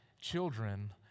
children